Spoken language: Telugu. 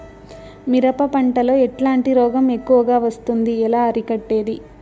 మిరప పంట లో ఎట్లాంటి రోగం ఎక్కువగా వస్తుంది? ఎలా అరికట్టేది?